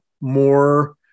more